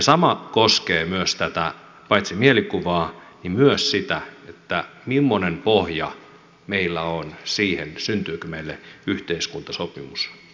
sama koskee myös paitsi tätä mielikuvaa myös sitä millainen pohja meillä on siihen syntyykö meille yhteiskuntasopimus vai ei